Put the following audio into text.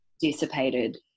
dissipated